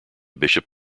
bishop